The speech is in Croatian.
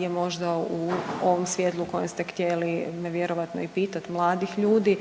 je možda u ovom svjetlu u kojem ste htjeli me vjerojatno i pitati mladih ljudi